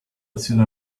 azioni